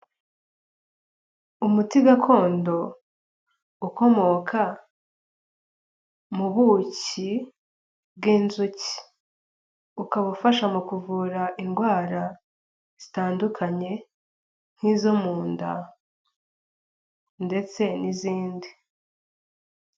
Umuti gakondo ukomoka mu buki bw'inzuki, ukaba ufasha mu kuvura indwara zitandukanye nk'izo mu nda ndetse n'izindi.